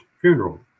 funeral